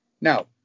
Now